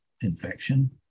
infection